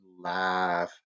laugh